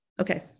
Okay